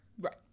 Right